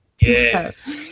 Yes